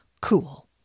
Cool